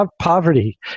poverty